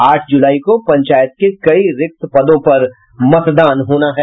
आठ जुलाई को पंचायत के कई रिक्त पदों पर मतदान होना है